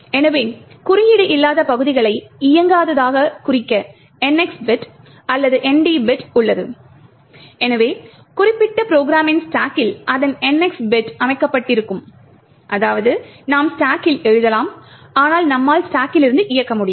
எனவே குறியீடு அல்லாத பகுதிகளை இயங்காததாகக் குறிக்க NX பிட் அல்லது ND பிட் உள்ளது எனவே குறிப்பிட்ட ப்ரோகிராமின் ஸ்டாக்கில் அதன் NX பிட்கள் அமைக்கப்பட்டிருக்கும் அதாவது நாம் ஸ்டாக்கில் எழுதலாம் ஆனால் நம்மால் அந்த ஸ்டாக்கிலிருந்து இயக்க முடியாது